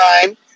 time